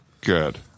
good